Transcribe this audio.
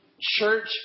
church